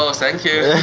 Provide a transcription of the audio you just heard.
ah thank you.